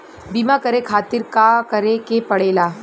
बीमा करे खातिर का करे के पड़ेला?